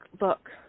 look